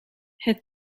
het